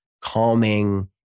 calming